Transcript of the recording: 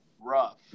rough